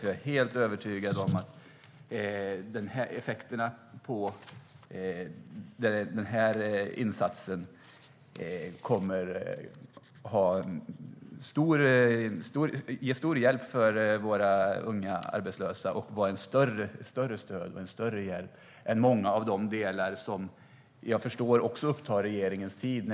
Jag är helt övertygad om att insatsen kommer att vara till stor hjälp för våra unga arbetslösa och ge ett större stöd och en större hjälp än mycket av det som jag förstår upptar regeringens tid.